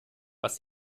was